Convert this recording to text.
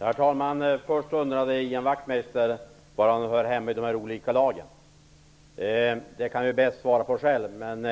Herr talman! Ian Wachtmeister undrade var han hör hemma i ishockeylaget. Detta kan han själv bäst svara på, men